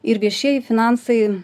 ir viešieji finansai